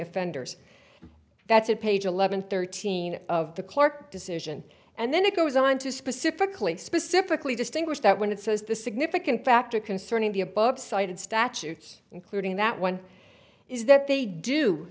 offenders that's it page eleven thirteen of the clarke decision and then it goes on to specifically specifically distinguish that when it says the significant factor concerning the above cited statutes including that one is that they do